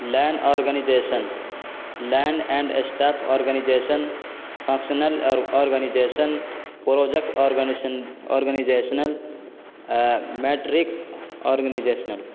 land organisation land and staff organisation functional organisation projects organisational metrics organisational